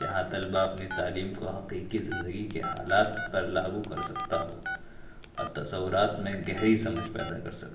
جہاں طلبہ اپنی تعلیم کو حقیقی زندگی کے حالات پر لاگو کر سکتا ہو اور تصورات میں گہری سمجھ پیدا کر سکتا ہو